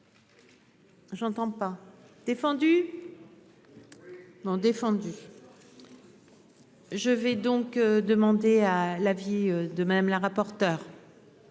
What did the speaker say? Je vais donc demander à la vie de Madame la rapporteure.